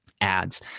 Ads